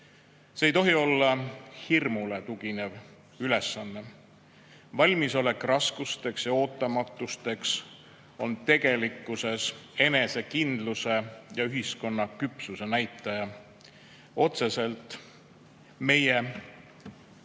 See ei tohi olla hirmule tuginev ülesanne. Valmisolek raskusteks ja ootamatusteks on tegelikkuses enesekindluse ja ühiskonna küpsuse näitaja. Otseselt meie